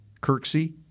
Kirksey